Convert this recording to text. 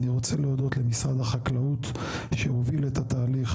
אני רוצה להודות למשרד החקלאות שהוביל את התהליך,